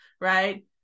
right